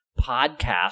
podcast